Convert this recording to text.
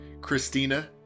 Christina